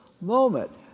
moment